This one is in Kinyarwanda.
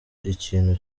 ikintu